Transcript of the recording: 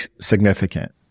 significant